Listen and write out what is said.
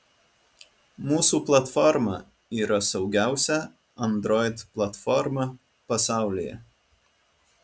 mūsų platforma yra saugiausia android platforma pasaulyje